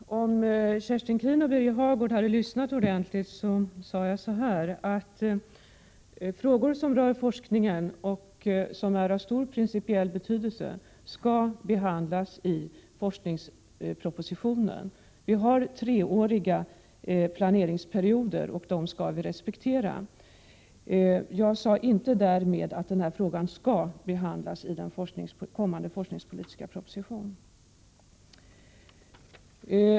Herr talman! Om Kerstin Keen och Birger Hagård hade lyssnat ordentligt, hade de hört att jag sade att frågor som rör forskningen och som är av stor principiell betydelse skall behandlas i forskningspropositionen. Planeringsperioderna är treåriga, och det skall respekteras. Jag sade däremot inte att denna fråga skall behandlas i den kommande forskningspolitiska propositionen.